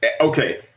okay